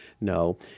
no